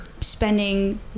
spending